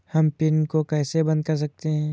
हम पिन को कैसे बंद कर सकते हैं?